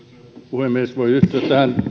puhemies voi yhtyä tähän